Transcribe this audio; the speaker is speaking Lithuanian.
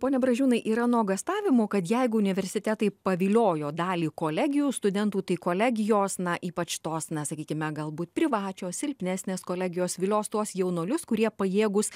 pone bražiūnai yra nuogąstavimų kad jeigu universitetai paviliojo dalį kolegijų studentų tai kolegijos na ypač tos na sakykime galbūt privačios silpnesnės kolegijos vilios tuos jaunuolius kurie pajėgūs